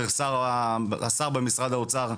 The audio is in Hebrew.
דרך השר במשרד האוצר,